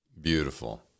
Beautiful